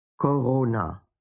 Corona